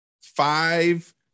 five